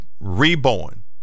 reborn